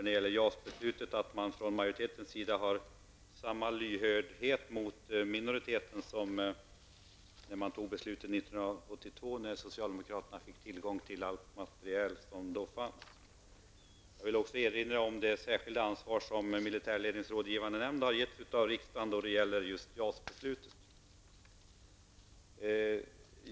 När det gäller JAS-beslutet förutsätter jag att majoriteten har samma lyhördhet mot minoriteten som när försvarsbeslutet år 1982 fattades då socialdemokraterna fick tillgång till allt material som fanns. Jag vill också erinra om det särskilda ansvar som riksdagen har givit militärledningens rådgivande nämnd när det gäller just JAS-beslutet.